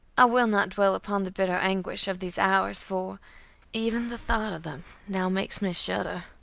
i will not dwell upon the bitter anguish of these hours, for even the thought of them now makes me shudder.